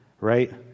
right